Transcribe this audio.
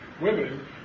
women